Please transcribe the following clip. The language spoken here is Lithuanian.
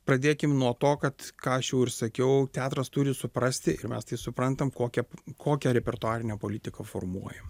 pradėkim nuo to kad ką aš jau ir sakiau teatras turi suprasti ir mes tai suprantam kokią kokią repertuarinę politiką formuojam